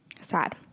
sad